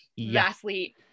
vastly